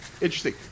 interesting